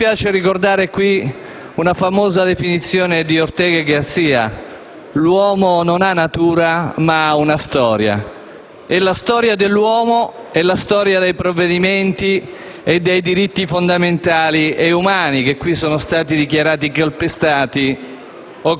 Mi piace ricordare qui una famosa definizione di Ortega y Gasset: l'uomo non ha natura ma ha una storia. E la storia dell'uomo è quella dei diritti fondamentali e umani, che qui sono stati dichiarati calpestati